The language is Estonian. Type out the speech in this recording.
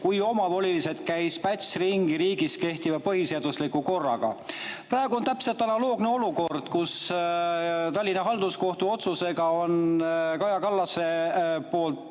kui omavoliliselt käis Päts ringi riigis kehtiva põhiseadusliku korraga. Praegu on täpselt analoogne olukord. Tallinna Halduskohtu otsusega on Kaja Kallase